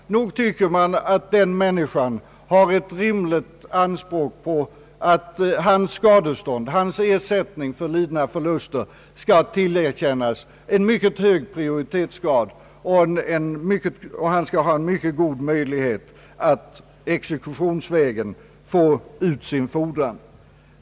Nog kan den människan ha ett rimligt anspråk på att kravet på ersättning för lidna förluster tillerkännes en mycket hög prioritetsgrad och att han skall ha mycket god möjlighet att exekutionsvägen få ut sin fordran.